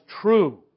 true